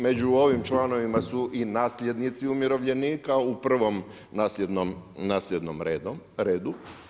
Među ovim članovima su i nasljednici umirovljenika, u prvom nasljednom redu.